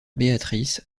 beatrice